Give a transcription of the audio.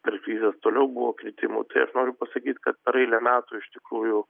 per krizes toliau buvo kritimų tai aš noriu pasakyt kad per eilę metų iš tikrųjų